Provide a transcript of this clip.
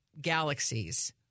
galaxies